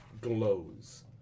glows